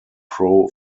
pro